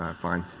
um fine.